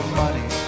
money